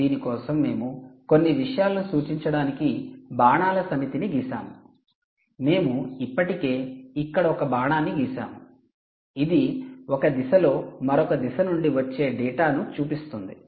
దీని కోసం మేము కొన్ని విషయాలను సూచించడానికి బాణాల సమితిని గీసాము మేము ఇప్పటికే ఇక్కడ ఒక బాణాన్ని గీసాము ఇది ఒక దిశలో మరొక దిశ నుండి వచ్చే డేటాను చూపిస్తుంది